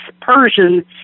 Persian